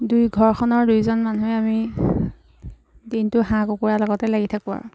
দুই ঘৰখনৰ দুইজন মানুহে আমি দিনটো হাঁহ কুকুৰাৰ লগতে লাগি থাকোঁ আৰু